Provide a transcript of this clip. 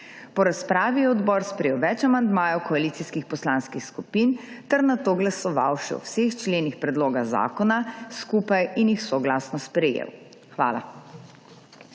Po razpravi je odbor sprejel več amandmajev koalicijskih poslanskih skupin ter nato glasoval še o vseh členih predloga zakona skupaj in jih soglasno sprejel. Hvala.